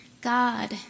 God